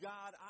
God